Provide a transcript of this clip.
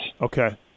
Okay